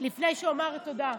לפני שאומר תודה.